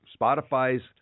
Spotify's